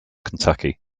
kentucky